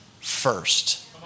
first